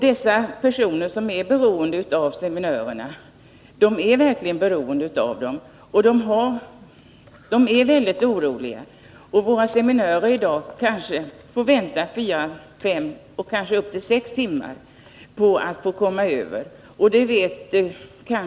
De personer som anlitar seminörerna är verkligen beroende av dem, och de är väldigt oroliga. Seminörerna får kanske vänta fyra, fem eller upp till sex timmar för att komma över.